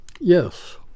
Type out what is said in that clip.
Yes